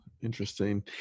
interesting